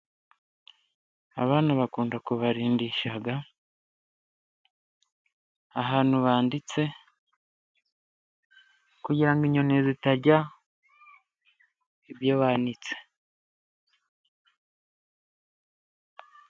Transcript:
Abana bakunda kubarindisha ahantu banitse, kugira ngo inyoni zitarya ibyo banitse.